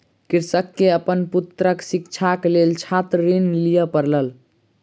कृषक के अपन पुत्रक शिक्षाक लेल छात्र ऋण लिअ पड़ल